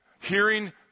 Hearing